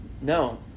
no